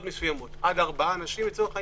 מסוימות עד ארבעה אנשים לצורך העניין.